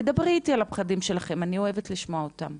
תדברי איתי על הפחדים שלכם, אני אוהבת לשמוע אותם.